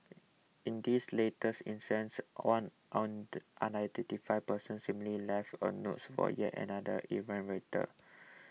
in this latest instance one unidentified person similarly left a note for yet another errant